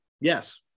Yes